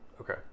okay